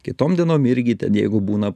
kitom dienom irgi jeigu būna